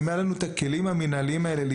אם היו לנו את הכלים המנהליים להתמודד,